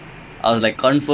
err like